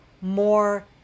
more